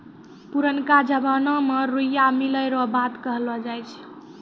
पुरनका जमाना मे रुइया मिलै रो बात कहलौ जाय छै